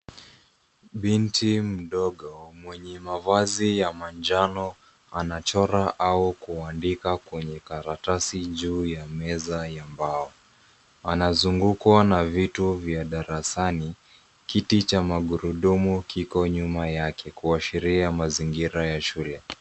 Binti mdogo mwenye mavazi ya manjano anachora au kuandika kwenye karatasi juu ya meza ya mbao. Wanazungukwa na vitu vya darasani. Kiti cha magurudumu kiko nyuma yake kuashiria mazingira ya shule.